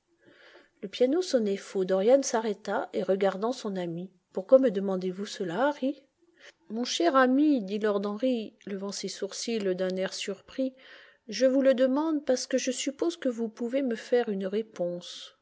le piano sonnait faux dorian s'arrêta et regardant son ami pourquoi me demandez-vous cela harry mon cher ami dit lord henry levant ses sourcils d'un air surpris je vous le demande parce que je suppose que vous pouvez me faire une réponse